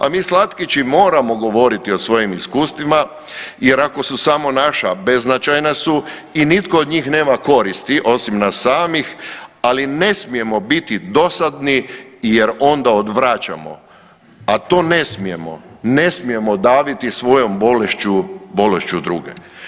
A mi slatkići moramo govoriti o svojim iskustvima jer ako su samo naša beznačajna su i nitko od njih nema koristi osim nas samih, ali ne smijemo biti dosadni jer onda odvraćamo, a to ne smijemo, ne smijemo daviti svojom bolešću, bolešću druge.